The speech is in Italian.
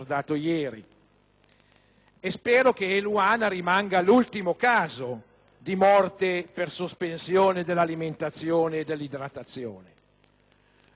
quello di Eluana rimanga l'ultimo caso di morte per sospensione dell'alimentazione e dell'idratazione. Non tocca a noi